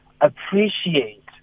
appreciate